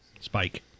spike